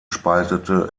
spaltete